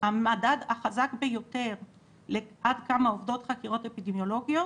המדד החזק ביותר לעד כמה עובדות חקירות אפידמיולוגיות